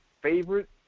favorite